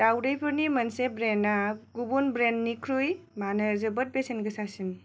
दावदैफोरनि मोनसे ब्रेन्डया गुबुन ब्रेन्डनिख्रुइ मानो जोबोद बेसेन गोसासिन